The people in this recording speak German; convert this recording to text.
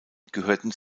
gehörten